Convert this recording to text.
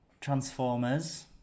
Transformers